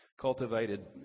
cultivated